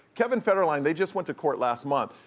kevin federline, they just went to court last month.